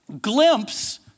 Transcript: glimpse